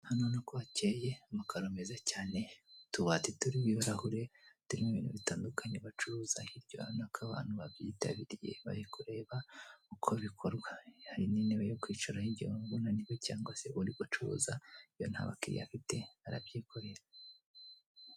Hano nuko hakeye amakaro meza cyane utubati turimo ibirahure turimo ibintu bitandukanye bacuruza hirya urabona ko abantu babyitabiriye bari kureba uko bikorwa, hari n'intebe yo kwicaraho igihe wumva unaniwe cyangwa se uri gucuruza iyo nta bakiriya afite arabyikorera.